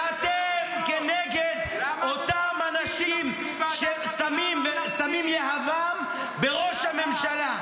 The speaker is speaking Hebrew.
זה אתם כנגד אותם אנשים ששמים יהבם על ראש הממשלה.